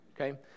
Okay